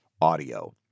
audio